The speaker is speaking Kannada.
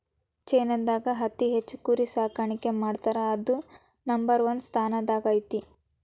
ಚೇನಾದಾಗ ಅತಿ ಹೆಚ್ಚ್ ಕುರಿ ಸಾಕಾಣಿಕೆ ಮಾಡ್ತಾರಾ ಅದು ನಂಬರ್ ಒನ್ ಸ್ಥಾನದಾಗ ಐತಿ